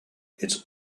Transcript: its